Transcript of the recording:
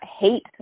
hate